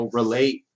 relate